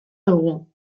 dugu